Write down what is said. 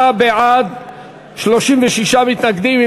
59 בעד, 36 מתנגדים.